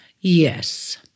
Yes